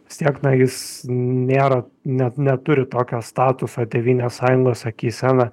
vis tiek na jis nėra net neturi tokio statuso tėvynės sąjungos akyse na